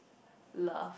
Love